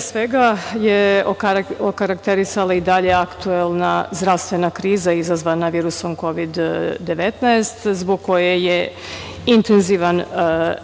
svega je okarakterisala i dalje aktuelna zdravstvena kriza izazvana virusom Kovida19 zbog koje je intenzivan